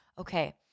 Okay